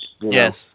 Yes